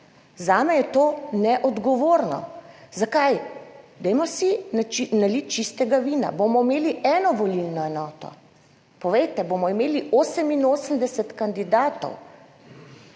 Zame je to neodgovorno. Zakaj? Dajmo si naliti čistega vina, bomo imeli eno volilno enoto, povejte, bomo imeli 88 kandidatov.